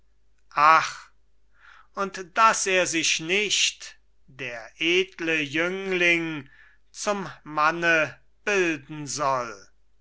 und daß er sich nicht der edle jüngling zum manne bilden soll